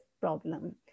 problem